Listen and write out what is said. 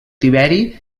tiberi